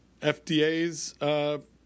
FDA's